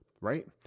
right